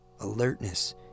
Alertness